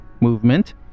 movement